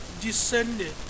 descended